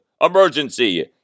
emergency